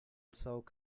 soak